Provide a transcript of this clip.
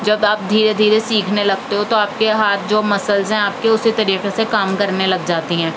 جب آپ دھیرے دھیرے سیکھنے لگتے ہو تو آپ کے ہاتھ جو مسلز ہیں آپ کے اسی طریقے سے کام کرنے لگ جاتی ہیں